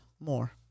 more